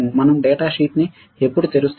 మేము డేటాషీట్నుఎప్పుడు తెరుస్తాము